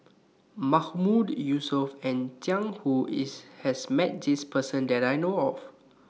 Mahmood Yusof and Jiang Hu IS has Met This Person that I know of